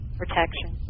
protection